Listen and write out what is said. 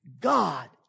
God